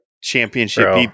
championship